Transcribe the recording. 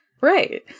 Right